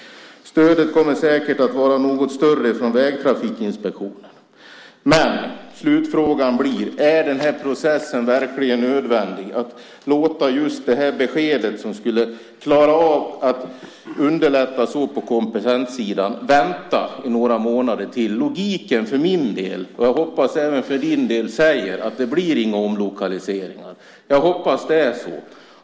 Stödet kommer säkert att vara något större från Vägtrafikinspektionen. Men slutfrågan blir: Är den här processen verkligen nödvändig? Måste man låta just det här beskedet, som skulle underlätta så mycket på kompetenssidan, vänta i några månader till? Logiken för min del - och jag hoppas även för ministerns del - säger att det inte blir några omlokaliseringar. Jag hoppas att det är så.